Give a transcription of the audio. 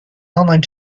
online